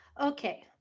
Okay